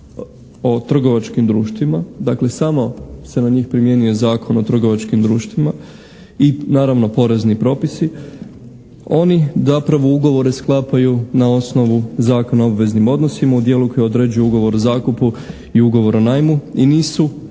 o trgovačkim društvima, dakle samo se na njih primjenjuje Zakon o trgovačkim društvima i naravno porezni propisi, oni zapravo ugovore sklapaju na osnovu Zakona o obveznim odnosima u dijelu koji određuje ugovor o zakupu i ugovor o najmu i nisu obvezna